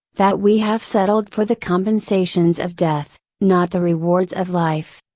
that we have settled for the compensations of death, not the rewards of life.